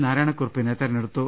നാരായണക്കുറുപ്പിനെ തെരഞ്ഞെടുത്തു